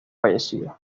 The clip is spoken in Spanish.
fallecidos